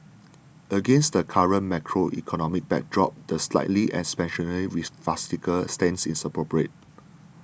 against the current macroeconomic backdrop the slightly expansionary fiscal stance is appropriate